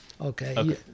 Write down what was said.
Okay